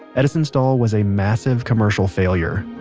edison's doll was a massive commercial failure